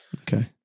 Okay